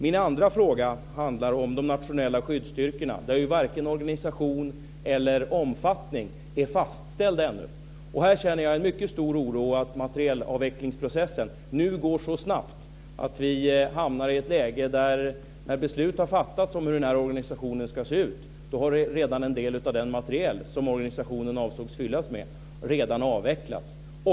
Min andra fråga handlar om de nationella skyddsstyrkorna. Varken organisation eller omfattning är fastställd ännu. Här känner jag en mycket stor oro att materielavvecklingsprocessen nu går så snabbt att vi hamnar i ett läge att när beslut väl har fattats om hur organisationen ska se ut har en del av den materiel som organisationen avsågs fyllas med redan avvecklats.